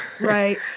Right